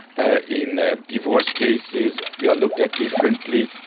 ah in ah divorce cases they are looked at differently,